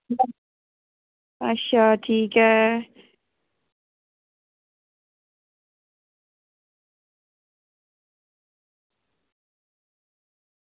अच्छा ठीक ऐ